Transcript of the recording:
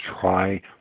try